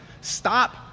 stop